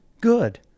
Good